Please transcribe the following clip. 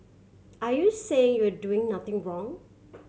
are you saying you're doing nothing wrong